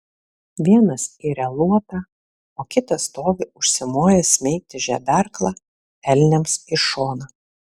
vienas iria luotą o kitas stovi užsimojęs smeigti žeberklą elniams į šoną